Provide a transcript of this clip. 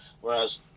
whereas